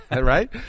Right